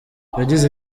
yagize